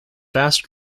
fast